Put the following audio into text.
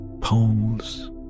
poles